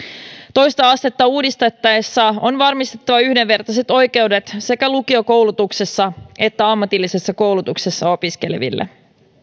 toista astetta uudistettaessa on varmistettava yhdenvertaiset oikeudet sekä lukiokoulutuksessa että ammatillisessa koulutuksessa opiskeleville